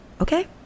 Okay